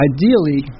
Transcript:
Ideally